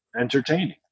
entertaining